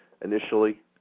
initially